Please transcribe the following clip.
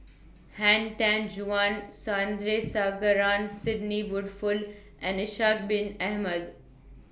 Han Tan Juan Sandrasegaran Sidney Woodhull and Ishak Bin Ahmad